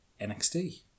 NXT